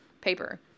paper